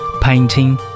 painting